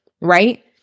right